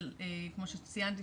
כמו שציינתי,